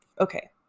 okay